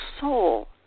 soul